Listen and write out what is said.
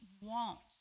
wants